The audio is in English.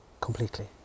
completely